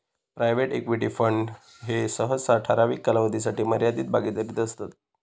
private equity fund ह्ये सहसा ठराविक कालावधीसाठी मर्यादित भागीदारीत असतत